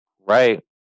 right